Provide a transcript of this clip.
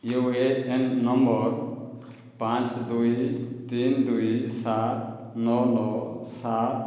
you A N number ପାଞ୍ଚ ଦୁଇ ତିନି ଦୁଇ ସାତ ନଅ ନଅ ସାତ